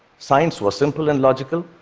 science was simple and logical,